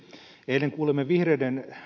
eilen kuulimme vihreiden